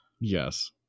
Yes